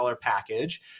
package